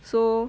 so